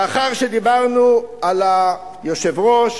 לאחר שדיברנו על היושב-ראש,